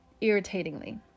irritatingly